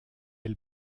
aile